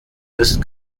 ist